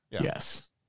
yes